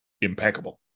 impeccable